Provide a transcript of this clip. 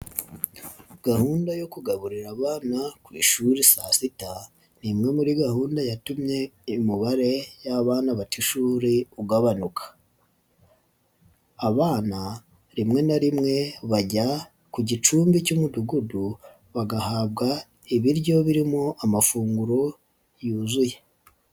Gahunda yo kugaburira abana ku ishuri saa sita ni imwe muri gahunda yatumye imibare y'abana bata ishuri ugabanuka, abana rimwe na rimwe bajya ku gicumbi cy'umudugudu bagahabwa ibiryo birimo amafunguro yuzuye.